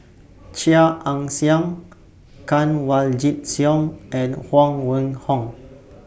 Chia Ann Siang Kanwaljit Soin and Huang Wenhong